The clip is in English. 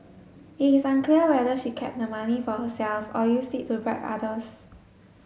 it is unclear whether she kept the money for herself or used it to bribe others